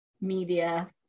media